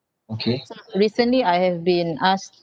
so recently I have been asked